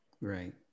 Right